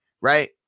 right